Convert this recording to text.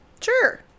Sure